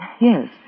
Yes